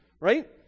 Right